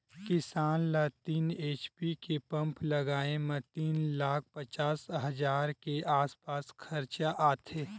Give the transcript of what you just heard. किसान ल तीन एच.पी के पंप लगाए म तीन लाख पचास हजार के आसपास खरचा आथे